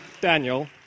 Daniel